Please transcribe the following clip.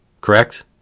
Correct